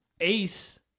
Ace